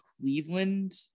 Cleveland